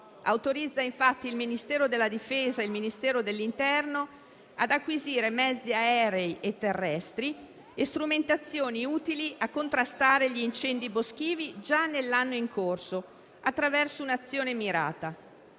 autorizzando il Ministero della difesa e il Ministero dell'interno ad acquisire mezzi aerei e terrestri e strumentazioni utili a contrastare gli incendi boschivi già nell'anno in corso, attraverso un'azione mirata.